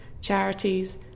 charities